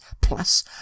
Plus